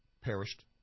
perished